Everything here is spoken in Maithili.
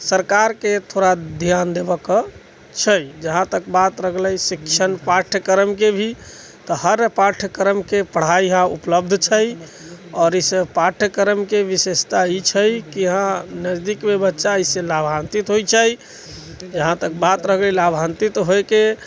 सरकारके थोड़ा ध्यान देबेके छै जहाँ तक बात रहलै शिक्षण पाठ्यक्रमके भी तऽ हर पाठ्यक्रमके पढ़ाइ यहाँ उपलब्ध छै आओर इस पाठ्यक्रमके विशेषता ई छै कि यहाँ नजदीकमे बच्चा एहि से लाभान्वित होइत छै यहाँ तक बात रहि गेलै लाभान्वित होइके